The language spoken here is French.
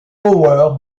power